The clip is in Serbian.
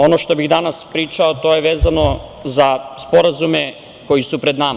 Ono što bih danas pričao je vezano za sporazume koji su pred nama.